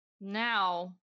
now